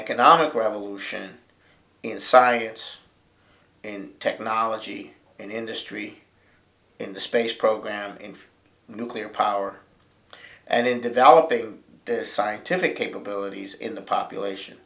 economic revolution in science and technology in industry in the space program in nuclear power and in developing the scientific capabilities in the population